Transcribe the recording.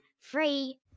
Free